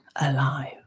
alive